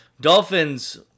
Dolphins